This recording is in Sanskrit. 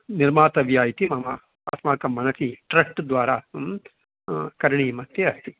निर्मातव्या इति मम अस्माकं मनसि ट्रस्ट् द्वारा करणीयमस्ति अस्ति